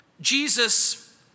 Jesus